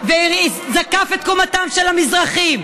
זקף את קומתם של המזרחים,